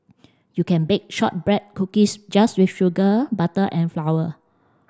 you can bake shortbread cookies just with sugar butter and flour